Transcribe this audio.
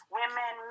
women